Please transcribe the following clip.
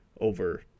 over